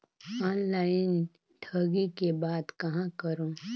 Online ठगी के बाद कहां करों?